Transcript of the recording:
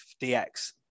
DX